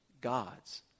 God's